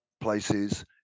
places